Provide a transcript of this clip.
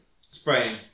Spraying